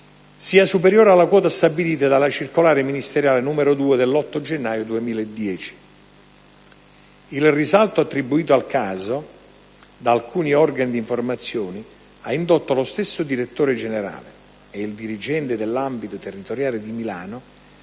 sia superiore alla quota stabilita dalla circolare ministeriale n. 2 dell'8 gennaio 2010. Il risalto attribuito al caso da alcuni organi d'informazione ha indotto lo stesso direttore generale e il dirigente dell'ambito territoriale di Milano